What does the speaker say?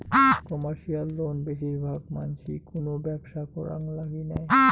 commercial loan বেশির ভাগ মানসি কুনো ব্যবসা করাং লাগি নেয়